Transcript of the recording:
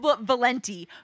Valenti